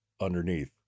underneath